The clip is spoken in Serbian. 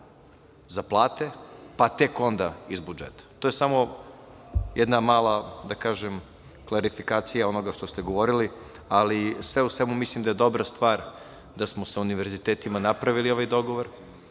za plate, pa tek onda iz budžeta. To je samo jedna mala klarifikacija onoga što ste govorili, ali, sve u svemu, mislim da je dobra stvar da smo sa univerzitetima napravili ovaj dogovor. Mislim